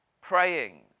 praying